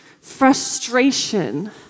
frustration